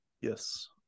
Yes